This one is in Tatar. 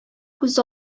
күз